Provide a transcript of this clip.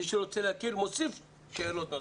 מי שרוצה להקל מוסיף שאלות נוספות.